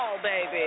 baby